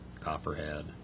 Copperhead